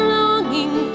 longing